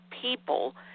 people